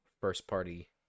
first-party